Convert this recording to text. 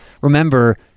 remember